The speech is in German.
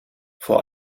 vor